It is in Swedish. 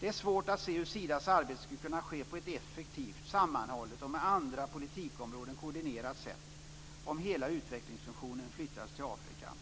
Det är svårt att se hur Sidas arbete skulle kunna ske på ett effektivt, sammanhållet och med andra politikområden koordinerat sätt om hela utvecklingsfunktionen flyttades till Afrika.